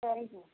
சரிங்க